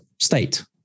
state